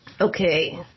okay